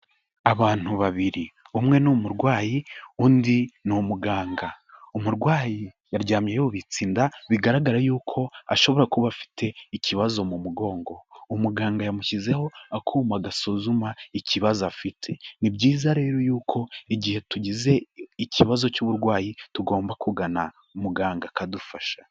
Abantu babiri, umwe ni umurwayi undi ni umuganga. Umurwayi yaryamye yubitse inda bigaragara y'uko ashobora kuba afite ikibazo mu mugongo, umuganga yamushyizeho akuma gasuzuma ikibazo afite, ni byiza rero y'uko igihe tugize ikibazo cy'uburwayi tugomba kugana muganga akadufasha.